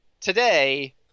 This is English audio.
Today